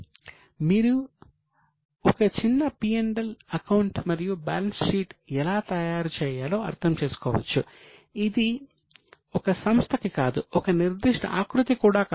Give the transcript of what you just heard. ఇక్కడ మీరు ఒక చిన్న P L అకౌంట్ మరియు బ్యాలెన్స్ షీట్ ఎలా తయారు చేయాలో అర్థం చేసుకోవచ్చు ఇది ఒక సంస్థకి కాదు ఒక నిర్దిష్ట ఆకృతి కూడా కాదు